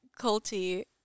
culty